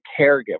caregiver